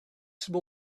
some